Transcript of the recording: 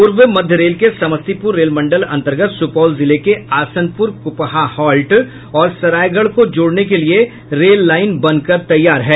पूर्व मध्य रेल के समस्तीपुर रेल मंडल अन्तर्गत सुपौल जिले के आसनपुर कुपहा हॉल्ट और सरायगढ़ को जोड़ने के लिए रेल लाईन बन कर तैयार हैं